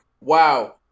wow